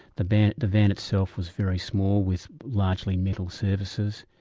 the van the van itself was very small with largely metal surfaces,